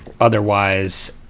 Otherwise